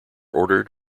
ordered